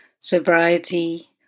sobriety